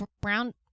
brown